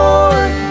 Lord